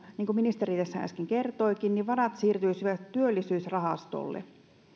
niin kuin ministeri tässä äsken kertoikin varat siirtyisivät työllisyysrahastolle